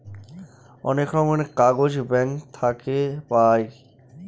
অনেক রকমের কাগজ ব্যাঙ্ক থাকে পাই